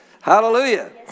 Hallelujah